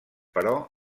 però